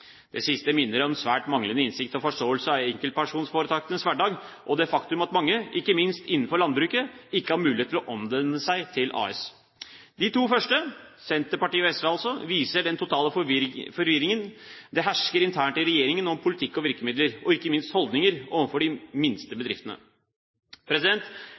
Det siste minner om svært manglende innsikt i og forståelse av enkeltpersonforetakenes hverdag, og det faktum at mange – ikke minst innenfor landbruket – ikke har mulighet til å omdanne seg til AS. De to første, Senterpartiet og SV, viser den totale forvirringen som hersker internt i regjeringen om politikk og virkemidler – og ikke minst holdninger – overfor de minste